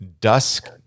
dusk